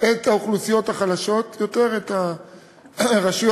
את האוכלוסיות החלשות, יותר את הרשויות